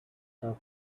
stuck